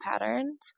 patterns